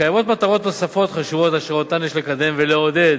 קיימות מטרות נוספות חשובות אשר אותן יש לקדם ולעודד,